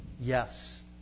yes